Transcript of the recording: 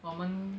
我们